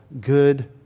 good